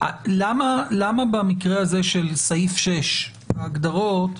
למה במקרה הזה של סעיף 6, ההגדרות,